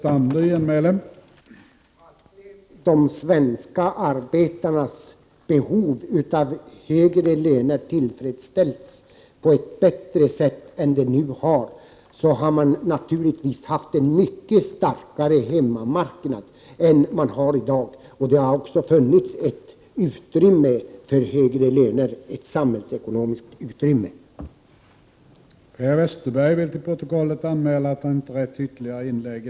Herr talman! Hade de svenska arbetarnas lönebehov tillfredsställts på ett bättre sätt än vad som nu har skett, hade vi naturligtvis haft en mycket starkare hemmamarknad än vad vi har i dag. Det hade då också funnits ett samhällsekonomiskt utrymme för högre löner.